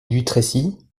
dutrécy